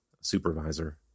supervisor